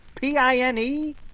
P-I-N-E